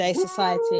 society